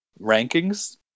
rankings